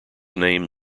name